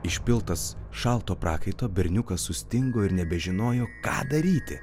išpiltas šalto prakaito berniukas sustingo ir nebežinojo ką daryti